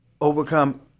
Overcome